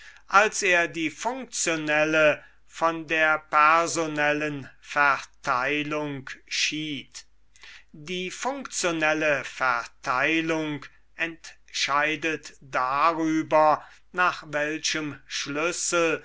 als er die funktionelle von der personellen verteilung schied ß die funktionelle verteilung entscheidet darüber nach welchem schlüssel